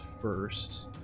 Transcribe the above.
first